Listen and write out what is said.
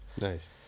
Nice